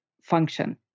function